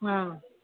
हा